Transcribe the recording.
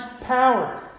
power